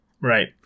Right